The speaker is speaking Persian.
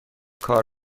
کار